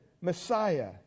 Messiah